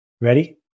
Ready